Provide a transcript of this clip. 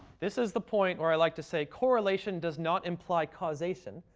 this is the point where i like to say correlation does not imply causation,